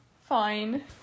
Fine